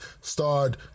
Starred